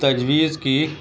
تجویز کی